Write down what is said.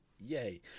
Yay